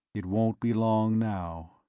it won't be long now.